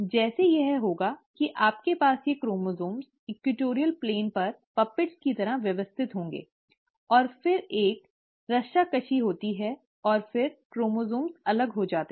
जैसे यह होगा कि आपके पास ये क्रोमोसोम इक्वेटोरियल प्लेन पर कठपुतलियों की तरह व्यवस्थित होंगे और फिर एक रस्साकशी होती है और फिर क्रोमोसोम अलग हो जाते हैं